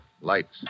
lights